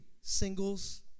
singles